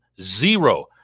Zero